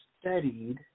studied